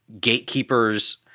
gatekeepers